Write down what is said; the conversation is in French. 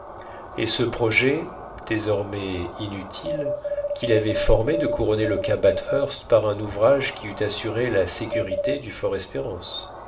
et ce projet désormais inutile qu'il avait formé de couronner le cap bathurst par un ouvrage qui eût assuré la sécurité du